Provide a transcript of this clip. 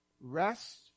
rest